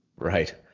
Right